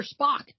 Spock